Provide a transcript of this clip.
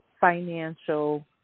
financial